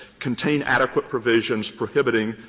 contain adequate provisions prohibiting,